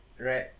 Right